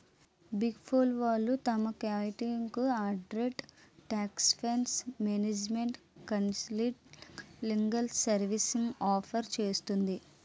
big four వాళ్ళు తమ క్లయింట్లకు audit, taxation, management consulting, legal సర్వీస్లను ఆఫర్ చేస్తుంది